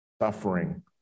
suffering